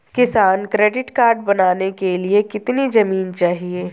किसान credit card बनाने के लिए कितनी जमीन चाहिए?